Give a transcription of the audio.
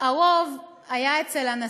הרוב היה אצל הנשיא.